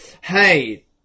Hey